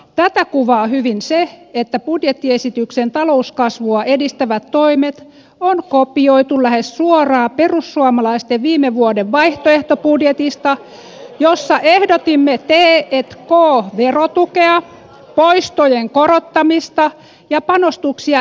tätä kuvaa hyvin se että budjettiesityksen talouskasvua edistävät toimet on kopioitu lähes suoraan perussuomalaisten viime vuoden vaihtoehtobudjetista jossa ehdotimme t k verotukea poistojen korottamista ja panostuksia enkelirahoitukseen